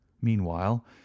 meanwhile